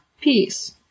Peace